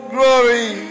Glory